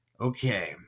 Okay